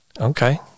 Okay